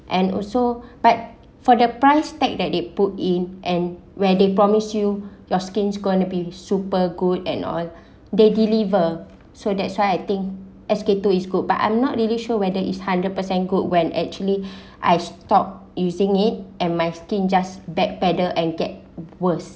and also but for the price tag that they put in and where they promise you your skin's gonna be super good and all they deliver so that's why I think S_K two is good but I'm not really sure whether is hundred percent good when actually I stopped using it and my skin just backpedaled and get worse